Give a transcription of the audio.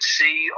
see